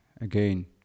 again